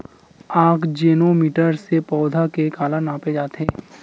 आकजेनो मीटर से पौधा के काला नापे जाथे?